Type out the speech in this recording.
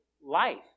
life